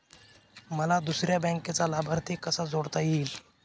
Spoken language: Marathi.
मला दुसऱ्या बँकेचा लाभार्थी कसा जोडता येईल?